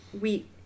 wheat